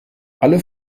alle